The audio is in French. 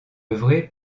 œuvré